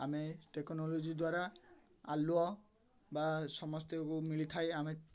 ଆମେ ଟେକ୍ନୋଲୋଜି ଦ୍ୱାରା ଆଲୁଅ ବା ସମସ୍ତଙ୍କୁ ମିଳିଥାଏ ଆମେ